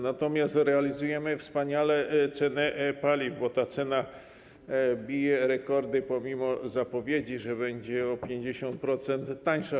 Natomiast realizujemy wspaniale ceny paliw, bo cena bije rekordy pomimo zapowiedzi, że będzie o 50% tańsza.